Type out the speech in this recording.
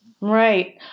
Right